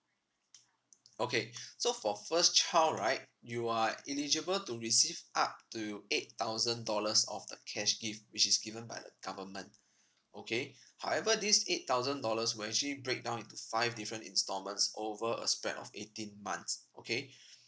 okay so for first child right you are eligible to receive up to eight thousand dollars of the cash gift which is given by the government okay however this eight thousand dollars will actually break down into five different installments over a span of eighteen months okay